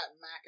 Mac